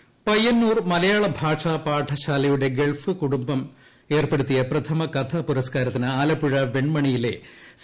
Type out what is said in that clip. കഥാ പുരസ്കാരം പയ്യന്നൂർ മലയാള ഭാഷാ പാഠശാലയുടെ ഗൾഫ് കുടുംബം ഏർപ്പെടുത്തിയ പ്രഥമ കഥ പുരസ്കാരത്തിന് ആലപ്പുഴ വെൺമണിയിലെ സി